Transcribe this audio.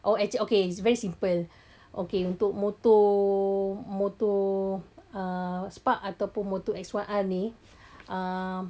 oh actually okay very simple okay untuk motor-motor uh spark atau motor X one R ni